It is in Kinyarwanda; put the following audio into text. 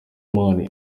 money